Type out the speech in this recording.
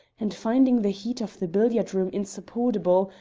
and, finding the heat of the billiard-room insupportable,